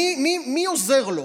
מי עוזר לו?